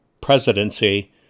presidency